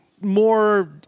more